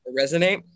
resonate